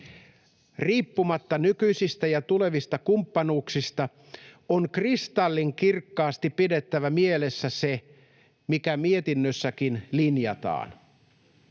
Riippumatta nykyisistä ja tulevista kumppanuuksista on kristallinkirkkaasti pidettävä mielessä se, mikä mietinnössäkin linjataan: